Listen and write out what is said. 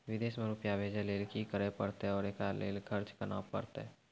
विदेश मे रुपिया भेजैय लेल कि करे परतै और एकरा लेल खर्च केना परतै?